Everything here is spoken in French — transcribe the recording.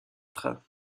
train